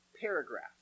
paragraph